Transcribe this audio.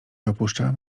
opuszczałem